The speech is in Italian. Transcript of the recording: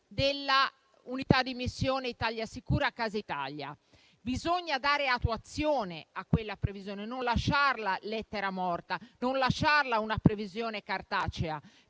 dell'unità di missione Italia sicura e Casa Italia. Bisogna dare attuazione a quella previsione, non lasciare che resti lettera morta, che rimanga una previsione sulla